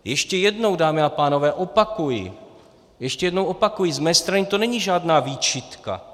Ještě jednou, dámy a pánové, opakuji, ještě jednou opakuji, z mé strany to není žádná výčitka.